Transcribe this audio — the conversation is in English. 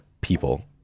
people